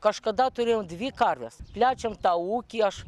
kažkada turėjom dvi karves plečiam tą ūkį aš